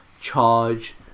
charge